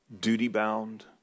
duty-bound